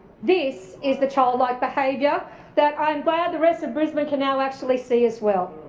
this is the childlike behaviour that i am glad the rest of brisbane can now actually see as well.